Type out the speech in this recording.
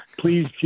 please